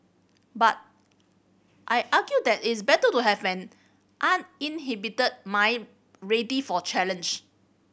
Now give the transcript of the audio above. but I argue that is better to have an uninhibited mind ready for challenge